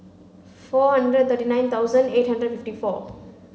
four hundred thirty nine thousand eight hundred fifty four